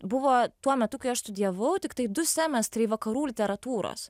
buvo tuo metu kai aš studijavau tiktai du semestrai vakarų literatūros